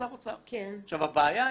הוא צריך לעמוד בנוהל שר אוצר.